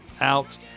out